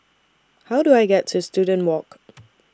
How Do I get to Student Walk